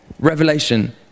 Revelation